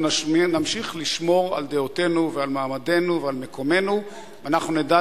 אנחנו נמשיך לשמור על דעותינו ועל מעמדנו ועל מקומנו ואנחנו נדע